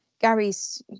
Gary's